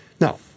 Now